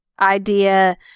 idea